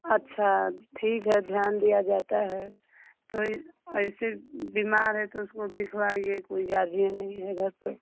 अच्छा ठीक है ध्यान दिया जाता है तो ये ऐसे बीमार है तो दिखवाइए कोई गार्जियन नहीं है घर पर